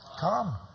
come